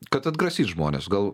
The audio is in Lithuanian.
kad atgrasyt žmones gal